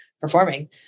performing